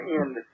end